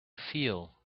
feel